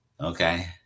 Okay